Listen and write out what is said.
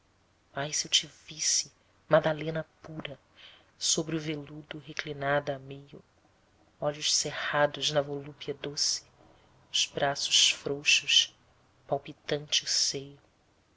ai se eu te visse magdalena pura sobre o veludo reclinada a meio olhos cerrados na volúpia doce os braços frouxos palpitante o seio